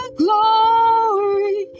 glory